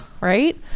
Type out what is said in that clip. right